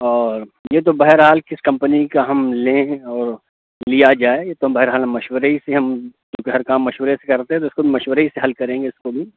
اور یہ تو بہرحال کس کمپنی کا ہم لیں اور لیا جائے یہ تو بہرحال مشورے سے ہی ہم کیونکہ ہر کام مشورے سے کرتے ہیں تو اِس کو مشورے ہی سے حل کریں گے اِس کو بھی